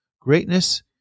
Greatness